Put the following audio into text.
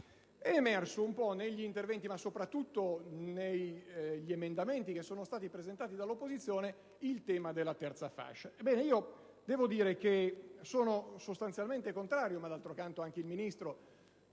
È emerso negli interventi, ma soprattutto negli emendamenti che sono stati presentati dall'opposizione, il tema della terza fascia. Sono sostanzialmente contrario, come anche il Ministro,